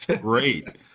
Great